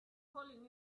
calling